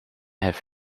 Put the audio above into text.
have